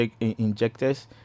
injectors